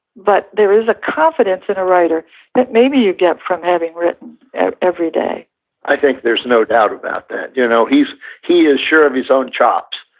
but there is a confidence in a writer that maybe you get from having written every day i think there's no doubt about that. you know he is sure of his own chops.